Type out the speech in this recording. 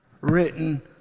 written